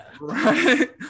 right